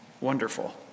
wonderful